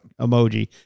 emoji